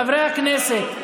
חברי הכנסת,